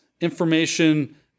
information